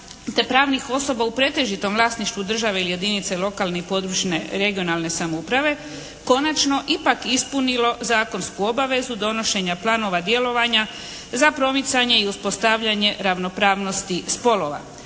te pravnih osoba u pretežitom vlasništvu države ili jedinice lokalne i područne, regionalne samouprave konačno ipak ispunilo zakonsku obavezu donošenja planova djelovanja za promicanje i uspostavljanje ravnopravnosti spolova.